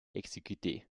exécutés